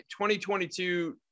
2022